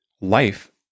life